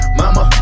mama